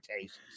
tastes